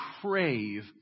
crave